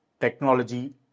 technology